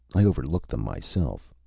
i overlooked them myself.